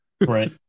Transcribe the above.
Right